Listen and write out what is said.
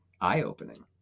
eye-opening